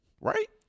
right